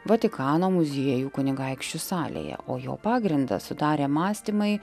vatikano muziejų kunigaikščių salėje o jo pagrindą sudarė mąstymai